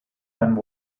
and